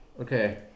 Okay